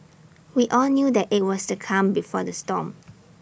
we all knew that IT was the calm before the storm